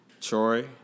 Troy